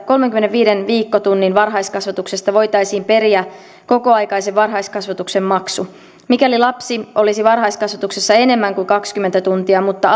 kolmenkymmenenviiden viikkotunnin varhaiskasvatuksesta voitaisiin periä kokoaikaisen varhaiskasvatuksen maksu mikäli lapsi olisi varhaiskasvatuksessa enemmän kuin kaksikymmentä tuntia mutta